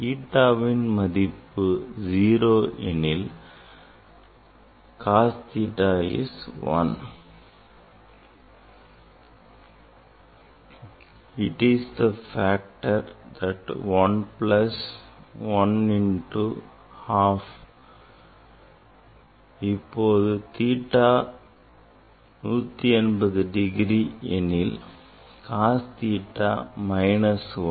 theta வின் மதிப்பு 0 எனில் cos theta is 1 it is the factor is 1 1 plus 1 into half ok இப்போது theta is 180 degree எனில் cos theta is minus 1